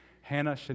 Hannah